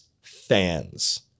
fans